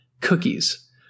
cookies